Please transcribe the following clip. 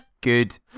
good